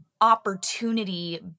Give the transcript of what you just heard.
opportunity